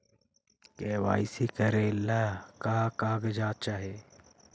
KYC करे ला का का कागजात चाही?